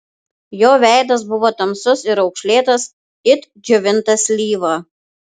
jo veidas buvo tamsus ir raukšlėtas it džiovinta slyva